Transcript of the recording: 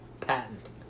patent